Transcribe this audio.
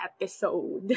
episode